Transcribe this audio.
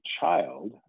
child